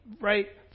right